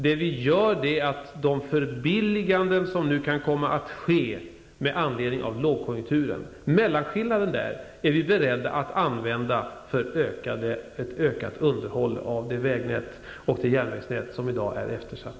Det vi gör är att vi är beredda att utnyttja de förbilliganden som kan komma att ske med anledning av lågkonjunkturen och den mellanskillnad som då uppstår för ett förbättrat underhåll av det vägnät och det järnvägsnät som i dag är eftersatt.